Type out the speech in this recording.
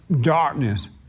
darkness